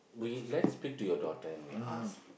will you let's pick to your daughter and we ask